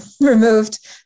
removed